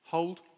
Hold